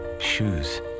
shoes